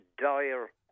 dire